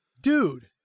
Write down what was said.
Dude